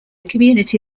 community